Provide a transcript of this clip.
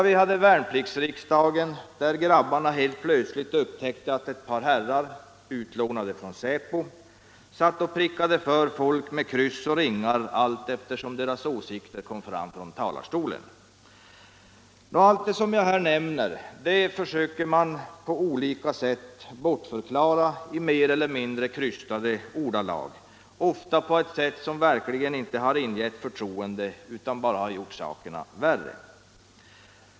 Vi hade värnpliktsriksdagen där grabbarna helt plötsligt upptäckte att ett par herrar — utlånade från säpo — satt och prickade för folk med kryss och ringar allteftersom deras åsikter kom fram från talarstolen. Allt det jag här nämner försöker man på olika sätt bortförklara i mer eller mindre krystade ordalag, ofta på ett sätt som verkligen inte har ingivit förtroende utan bara gjort sakerna värre.